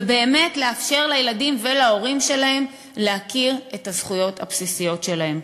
ובאמת לאפשר לילדים ולהורים שלהם להכיר את הזכויות הבסיסיות שלהם.